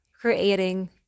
creating